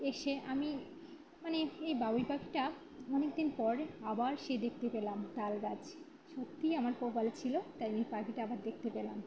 এসে আমি মানে এই বাবুই পাখিটা অনেক দিন পরে আবার সে দেখতে পেলাম তাল গাছে সত্যিই আমার কপাল ছিল তাই এই পাখিটা আবার দেখতে পেলাম